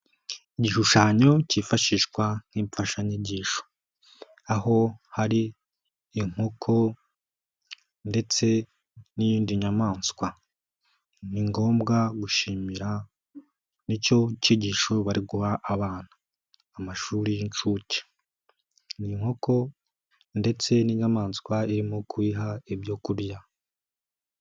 Igishushanyo kifashishwa nk'imfashanyigisho aho hari inkoko ndetse n'iyindi nyamanswa. Ni ngombwa gushimira nicyo kigisho bari guha abana, amashuri y'inshuke ni inkoko ndetse n'inyamaswa irimo kuyiha ibyo kurya.